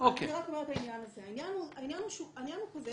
העניין הוא כזה,